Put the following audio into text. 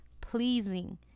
pleasing